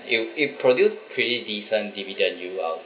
it'll it produce pretty decent dividend you out